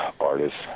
artists